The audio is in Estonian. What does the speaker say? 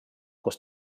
kus